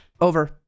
over